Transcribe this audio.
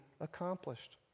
accomplished